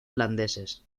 holandeses